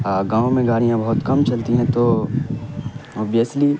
گاؤں میں گاڑیاں بہت کم چلتی ہیں تو اوبیسلی